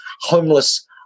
homeless